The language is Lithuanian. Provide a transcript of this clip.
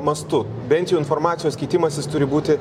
mastu bent jau informacijos keitimasis turi būti